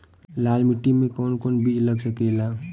लाल मिट्टी में कौन कौन बीज लग सकेला?